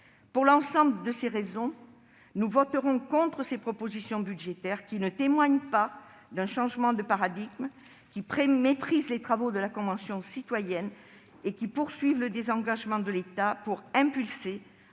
Pour l'ensemble de ces raisons, nous voterons contre ces propositions budgétaires, qui ne témoignent pas d'un changement de paradigme, qui méprisent les travaux de la Convention citoyenne et qui poursuivent le désengagement de l'État pour impulser,